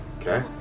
Okay